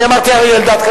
אני אמרתי: אריה אלדד.